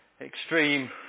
Extreme